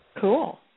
Cool